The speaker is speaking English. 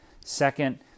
second